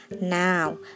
Now